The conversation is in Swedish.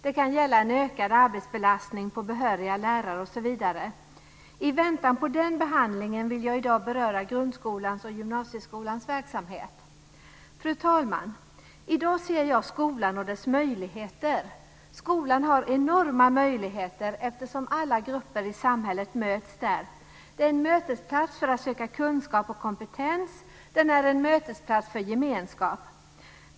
Det kan gälla en ökad arbetsbelastning på behöriga lärare osv. I väntan på den behandlingen vill jag i dag beröra grundskolans och gymnasieskolans verksamhet. Fru talman! I dag ser jag skolan och dess möjligheter. Skolan har enorma möjligheter, eftersom alla grupper i samhället möts där. Den är en mötesplats för att söka kunskap och kompetens. Den är en mötesplats för gemenskap.